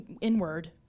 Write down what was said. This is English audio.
inward